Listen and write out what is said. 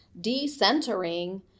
de-centering